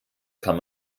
kann